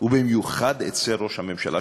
ובמיוחד אצל ראש הממשלה,